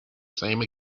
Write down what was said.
same